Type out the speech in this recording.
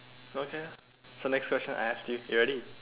okay so next question I ask you you ready